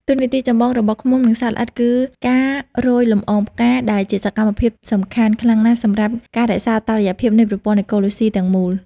តួនាទីចម្បងរបស់ឃ្មុំ និងសត្វល្អិតគឺការរោយលំអងផ្កា ដែលជាសកម្មភាពសំខាន់ខ្លាំងណាស់សម្រាប់ការរក្សាតុល្យភាពនៃប្រព័ន្ធអេកូឡូស៊ីទាំងមូល។